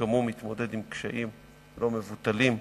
שגם הוא מתמודד עם קשיים לא מבוטלים.